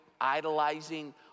idolizing